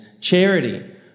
charity